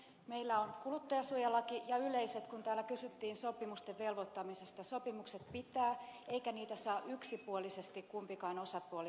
meillä on kuluttajansuojalaki ja kun täällä kysyttiin sopimusten velvoittavuudesta yleiset sopimukset pitävät eikä niitä saa yksipuolisesti kumpikaan osapuoli muuttaa